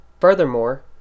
Furthermore